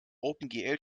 opengl